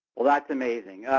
well, that's amazing.